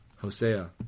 Hosea